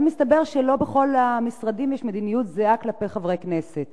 אבל מסתבר שלא בכל המשרדים יש מדיניות זהה כלפי חברי כנסת.